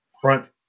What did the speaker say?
front